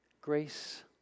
Grace